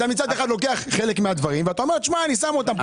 אתה מצד אחד לוקח חלק מהדברים ואתה אומר שאני שם אותם,